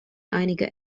einige